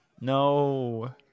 No